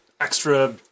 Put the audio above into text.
extra